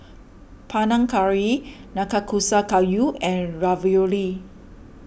Panang Curry Nanakusa Gayu and Ravioli